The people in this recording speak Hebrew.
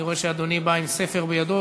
אני רואה שאדוני בא עם ספר בידו.